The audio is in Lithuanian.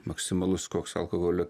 maksimalus koks alkoholio